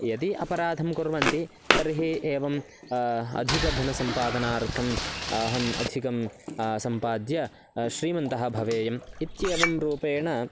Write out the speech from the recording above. यदि अपराधं कुर्वन्ति तर्हि एवम् अधिकधनसम्पादनार्थम् अहम् अधिकं सम्पाद्य श्रीमन्तः भवेयम् इत्येवं रूपेण